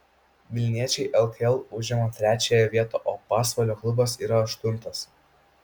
vilniečiai lkl užima trečiąją vietą o pasvalio klubas yra aštuntas